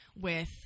with-